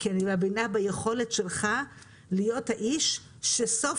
כי אני מאמינה ביכולת שלך להיות האיש שסוף